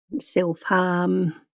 self-harm